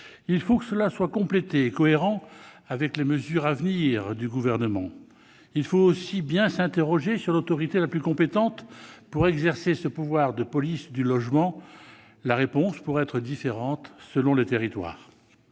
Il faut que cela soit complété et cohérent avec les mesures à venir du Gouvernement. Il faut aussi bien s'interroger sur l'autorité la plus compétente pour exercer le pouvoir de police du logement : la réponse pourra être différente selon les territoires.